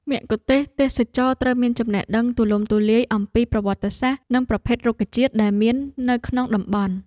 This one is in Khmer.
មគ្គុទ្ទេសក៍ទេសចរណ៍ត្រូវមានចំណេះដឹងទូលំទូលាយអំពីប្រវត្តិសាស្ត្រ និងប្រភេទរុក្ខជាតិដែលមាននៅក្នុងតំបន់។